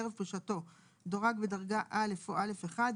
וערב פרישתו דורג בדרגה א' או א'1,